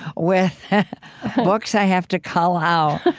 with books i have to cull out,